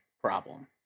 problem